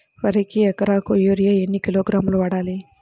వరికి ఎకరాకు యూరియా ఎన్ని కిలోగ్రాములు వాడాలి?